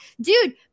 dude